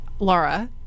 Laura